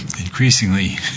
increasingly